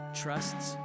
trusts